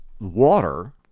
water